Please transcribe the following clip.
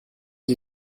sie